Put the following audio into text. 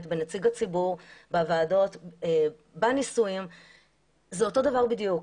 ונציג הציבור בוועדות זה אותו דבר בדיוק,